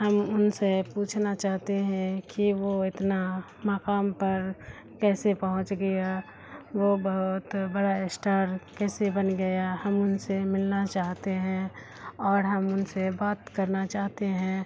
ہم ان سے پوچھنا چاہتے ہیں کہ وہ اتنا مقام پر کیسے پہنچ گیا وہ بہت بڑا اسٹار کیسے بن گیا ہم ان سے ملنا چاہتے ہیں اور ہم ان سے بات کرنا چاہتے ہیں